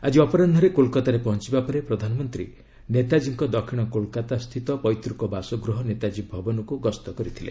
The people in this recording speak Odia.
ଆଜି ଅପରାହୁରେ କୋଲକାତାରେ ପହଞ୍ଚିବା ପରେ ପ୍ରଧାନମନ୍ତ୍ରୀ ନେତାଜୀଙ୍କ ଦକ୍ଷିଣ କୋଲକାତା ସ୍ଥିତ ପୈତୃକ ବାସଗୃହ ନେତାଜୀ ଭବନକୁ ଗସ୍ତ କରିଥିଲେ